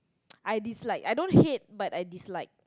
I dislike I don't hate but I dislike